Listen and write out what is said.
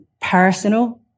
personal